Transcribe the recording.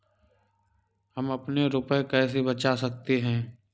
हम अपने रुपये कैसे बचा सकते हैं?